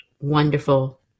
wonderful